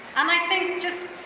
um i think just,